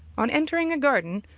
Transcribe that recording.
on entering a garden,